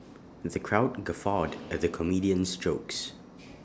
the crowd guffawed at the comedian's jokes